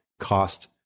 cost